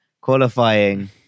qualifying